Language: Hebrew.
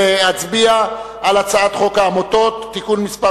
אנחנו עוברים להצבעה על הצעת חוק העמותות (תיקון מס'